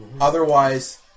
Otherwise